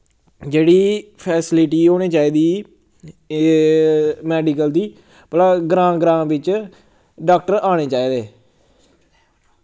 जेह्ड़ी फैसिलिटी होनी चाहिदी एह् मैडिकल दी भला ग्रांऽ ग्रांऽ बिच्च डाक्टर आने चाहिदे